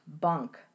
Bunk